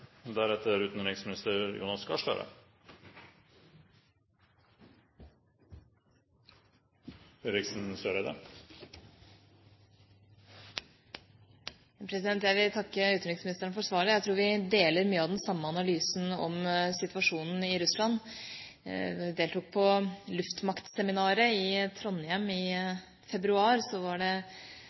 Jeg vil takke utenriksministeren for svaret. Jeg tror vi deler mye av den samme analysen om situasjonen i Russland. Da jeg deltok på Luftmaktseminaret i Trondheim i februar, var det